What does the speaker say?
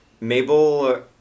Mabel